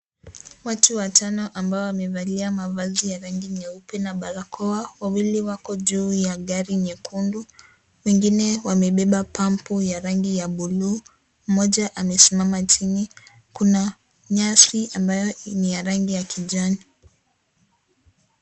Watu watano ambao wamevalia mavazi ya rangi nyeupe na barakoa, wawili wako juu ya gari nyekundu wengine wamebeba pampu ya rangi ya bluu, mmoja amesimama chini. Kuna nyasi ambayo ni ya rangi ya kijani.